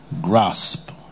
Grasp